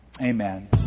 amen